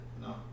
No